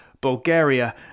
Bulgaria